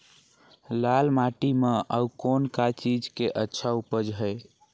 लाल माटी म अउ कौन का चीज के अच्छा उपज है?